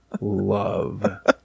love